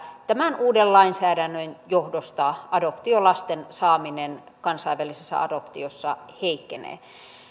tämän uuden lainsäädännön johdosta adoptiolasten saaminen kansainvälisessä adoptiossa heikkenee